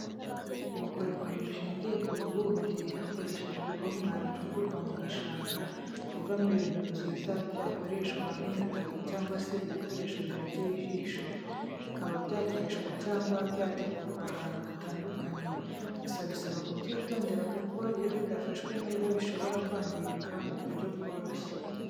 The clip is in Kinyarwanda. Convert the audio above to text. Ubukorikori bushingiye ku bubumbyi hakoreshejwe ibumba ricukurwa mu gishanga, rivamo ibintu byiza byakoreshwa nk'imitako cyangwa se ibikoresho binogeye ijisho, bikaba byakoreshwa cyangwa byategurwa ahantu hatandukanye, gusa bisaba kubyitondera kuko iyo bidafashwe neza bishobora kwangirika mu buryo bworoshye.